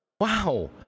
Wow